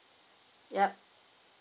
ya